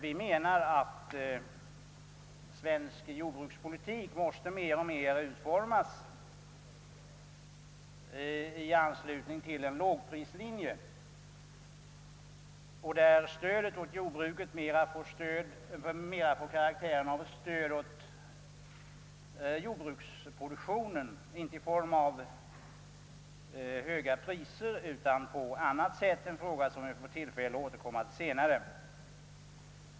Vi menar att svensk jordbrukspolitik mer och mer måste utformas i anslutning till en lågprislinje, så att stödet åt jordbruket såvitt möjligt får formen av ett stöd åt jordbruksproduktionen, inte genom höga priser utan på annat sätt. Detta problem får vi tillfälle att återkomma till senare.